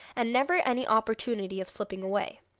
and never any opportunity of slipping away.